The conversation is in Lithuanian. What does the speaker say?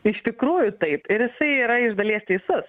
iš tikrųjų taip ir jisai yra iš dalies teisus